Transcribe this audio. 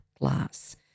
Glass